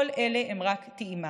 כל אלה הם רק טעימה.